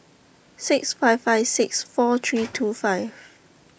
six five five six four three two five